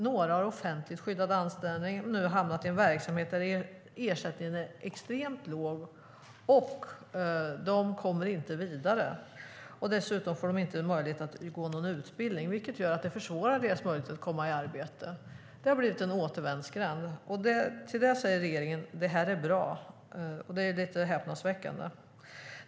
Några har offentlig skyddad anställning och har nu hamnat i en verksamhet där ersättningen är extremt låg, och de kommer inte vidare. Dessutom får de inte möjlighet att gå någon utbildning, vilket försvårar deras möjligheter att komma i arbete. Det har blivit en återvändsgränd. Men regeringen säger att det här är bra. Det är lite häpnadsväckande.